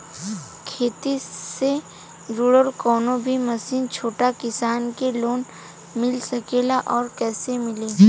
खेती से जुड़ल कौन भी मशीन छोटा किसान के लोन मिल सकेला और कइसे मिली?